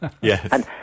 Yes